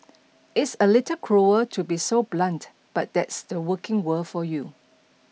it's a little cruel to be so blunt but that's the working world for you